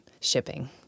shipping